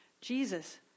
Jesus